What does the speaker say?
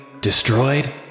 Destroyed